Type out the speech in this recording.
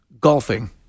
golfing